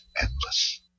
endless